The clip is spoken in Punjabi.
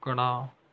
ਕੜ੍ਹਾ